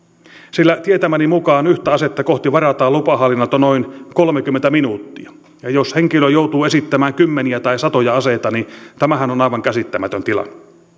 sillä tietämäni mukaan yhtä asetta kohti varataan lupahallinnolta noin kolmekymmentä minuuttia ja jos henkilö joutuu esittämään kymmeniä tai satoja aseita niin tämähän on aivan käsittämätön tilanne